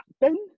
happen